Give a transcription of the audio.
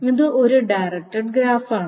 ഇത് ഒരു direct graph ആണ്